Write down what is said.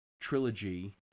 trilogy